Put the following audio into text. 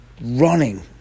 running